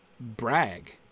brag